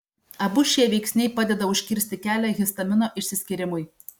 abu šie veiksniai padeda užkirsti kelią histamino išsiskyrimui